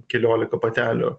keliolika patelių